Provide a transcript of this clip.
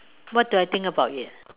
what do I think about it ah